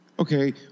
Okay